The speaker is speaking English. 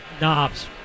knobs